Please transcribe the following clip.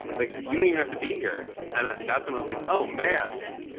like you don't even have to be here, and that's when i was like, oh man